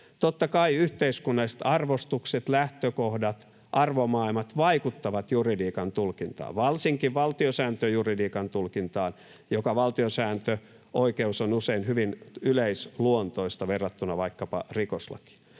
Totta kai yhteiskunnalliset arvostukset, lähtökohdat, arvomaailmat vaikuttavat juridiikan tulkintaan, varsinkin valtiosääntöjuridiikan tulkintaan, joka valtiosääntöoikeus on usein hyvin yleisluontoista verrattuna vaikkapa rikoslakiin.